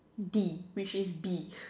D which is B